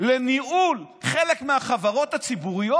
לניהול חלק מהחברות הציבוריות?